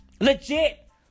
Legit